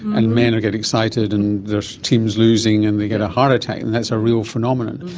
and men are getting excited and their team is losing and they get a heart attack, and that's a real phenomenon.